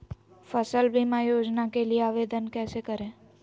फसल बीमा योजना के लिए आवेदन कैसे करें?